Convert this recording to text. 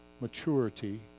maturity